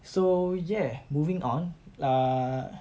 so ya moving on err